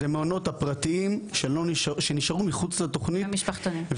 זה מעונות הפרטיים שנשארו מחוץ לתוכנית המשפחתית,